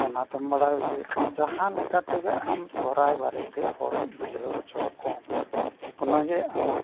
ᱚᱱᱟᱛᱮᱢ ᱵᱟᱲᱟᱭ ᱚᱪᱚᱭᱮᱫ ᱠᱚᱣᱟ ᱡᱟᱦᱟᱸ ᱞᱮᱠᱟ ᱛᱮᱜᱮ ᱟᱢ ᱥᱚᱦᱨᱟᱭ ᱵᱟᱨᱮᱛᱮ ᱦᱚᱲ ᱵᱩᱡᱷᱟᱹᱣ ᱚᱪᱚ ᱠᱚᱢ ᱚᱱᱟᱜᱮ ᱟᱢᱟᱜ